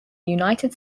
united